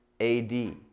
AD